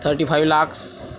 thirty five lakhs